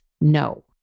no